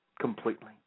completely